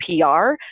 PR